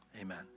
amen